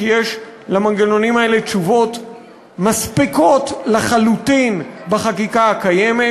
כי יש למנגנונים האלה תשובות מספיקות לחלוטין בחקיקה הקיימת.